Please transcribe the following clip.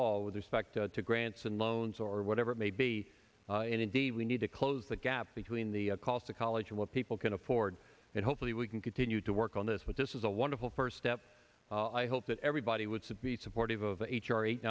all with respect to grants and loans or whatever it may be and indeed we need to close the gap between the cost of college and what people can afford it hopefully we can continue to work on this with this is a wonderful first step i hope that everybody would submit supportive of h r eight